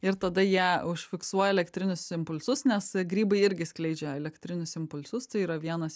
ir tada jie užfiksuoja elektrinius impulsus nes grybai irgi skleidžia elektrinius impulsus tai yra vienas